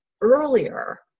earlier